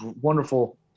wonderful